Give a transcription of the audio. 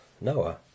Noah